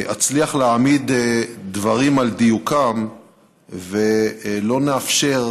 אצליח להעמיד דברים על דיוקם ולא נאפשר